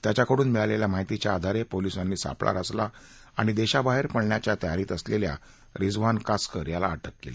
त्याच्याकडून मिळालेल्या माहितीच्या आधारे पोलीसांनी सापळा रचला आणि देशाबाहेर पळण्याच्या तयारीत असलेल्या रिजवान कासकर याला अटक केली